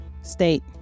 State